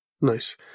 Nice